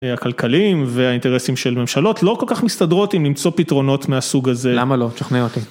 הכלכלים והאינטרסים של ממשלות לא כל כך מסתדרות עם למצוא פתרונות מהסוג הזה. למה לא? תשכנע אותי.